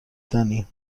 دانی